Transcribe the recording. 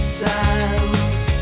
sands